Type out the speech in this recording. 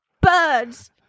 birds